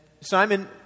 Simon